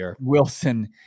Wilson